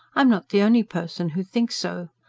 i'm not the only person who thinks so.